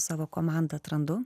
savo komanda atrandu